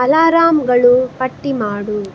ಅಲರಾಮ್ಗಳು ಪಟ್ಟಿ ಮಾಡು